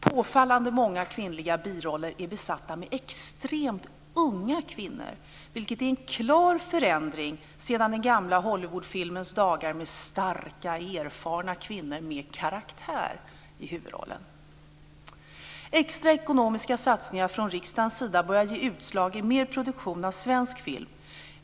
Påfallande många kvinnliga biroller är besatta med extremt unga kvinnor, vilket är en klar förändring sedan den gamla Hollywoodfilmens dagar med starka, erfarna kvinnor med karaktär i huvudrollen. Extra ekonomiska satsningar från riksdagens sida börjar ge utslag i mer produktion av svensk film.